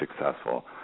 successful